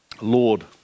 Lord